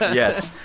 yes.